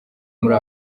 muri